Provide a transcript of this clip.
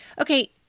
Okay